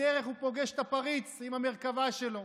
בדרך הוא פוגש את הפריץ עם המרכבה שלו.